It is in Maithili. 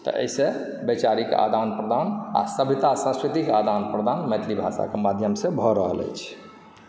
तऽ एहिसँ वैचारिक आदान प्रदान आ सभ्यता सांस्कृतिक आदान प्रदान मैथिली भाषाक माध्यमसँ भऽ रहल अछि